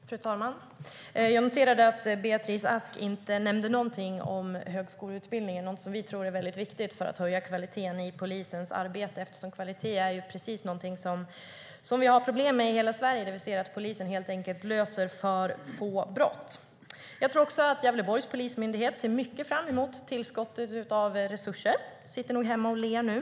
Fru talman! Jag noterade att Beatrice Ask inte nämnde någonting om högskoleutbildning, något som vi tror är väldigt viktigt för att höja kvaliteten i polisens arbete. Kvalitet är någonting som vi har problem med i hela Sverige. Polisen löser helt enkelt för få brott. Jag tror också att Gävleborgs polismyndighet ser fram emot resurstillskottet med glädje. De sitter nog hemma och ler nu.